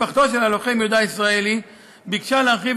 משפחתו של הלוחם יהודה הישראלי ביקשה להרחיב